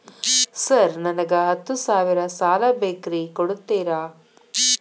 Sir ನನಗ ಹತ್ತು ಸಾವಿರ ಸಾಲ ಬೇಕ್ರಿ ಕೊಡುತ್ತೇರಾ?